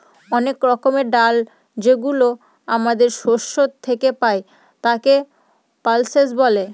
অনেক রকমের ডাল যেগুলো আমাদের শস্য থেকে পাই, তাকে পালসেস বলে